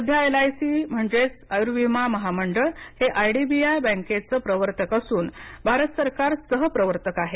सध्या L I C म्हणजेच आयुर्विमा महामंडळ हे आयडीबीआय बँकेचे प्रवर्तक असूनभारतसरकार सहप्रवर्तक आहे